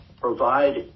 provide